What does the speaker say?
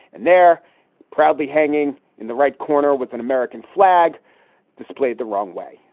and they're proudly hanging in the right corner with an american flag displayed the wrong way.